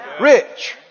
Rich